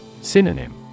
Synonym